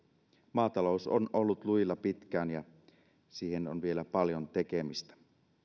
maatalous on ollut lujilla pitkään ja siinä on vielä paljon tekemistä